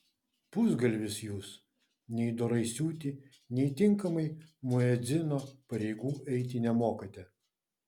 pusgalvis jūs nei dorai siūti nei tinkamai muedzino pareigų eiti nemokate